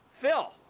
Phil